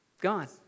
gone